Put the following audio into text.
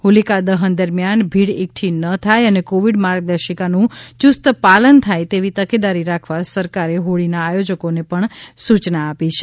હોલિકા દહન દરમ્યાન ભીડ એકઠી ન થાય અને કોવિડ માર્ગદર્શિકાનું યુસ્ત પાલન થાય તેવી તકેદારી રાખવા સરકારે હોળીના આયોજકોને સૂચના આપી હતી